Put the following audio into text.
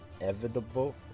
inevitable